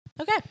Okay